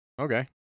Okay